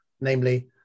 namely